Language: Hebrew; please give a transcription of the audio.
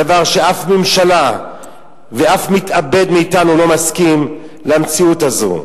דבר שאף ממשלה ואף מתאבד מאתנו לא מסכים למציאות הזאת.